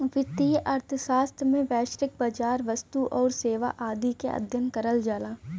वित्तीय अर्थशास्त्र में वैश्विक बाजार, वस्तु आउर सेवा आदि क अध्ययन करल जाला